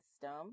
system